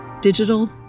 digital